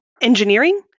Engineering